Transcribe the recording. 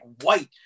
white